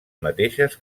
mateixes